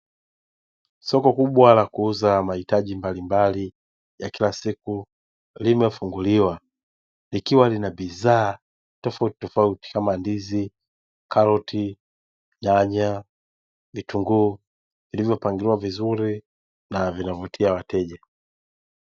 Soko kubwa la kuuza mahitaji mbalimbali ya kila siku limefunguliwa, likiwa na bidhaa tofautitofauti, kama: ndizi, karoti, nyanya, vitunguu vilivyopangiliwa vizuri na vinavutia wateja.